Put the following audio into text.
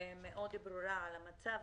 מאוד ברורה על המצב.